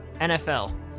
NFL